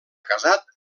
casat